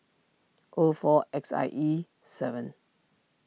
O four X I E seven